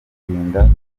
kwirinda